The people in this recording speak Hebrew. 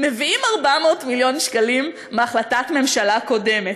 מביאים 400 מיליון שקלים מהחלטת ממשלה קודמת,